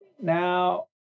Now